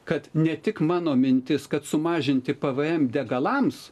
kad ne tik mano mintis kad sumažinti pvm degalams